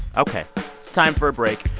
ok. it's time for a break.